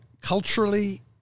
culturally